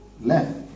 left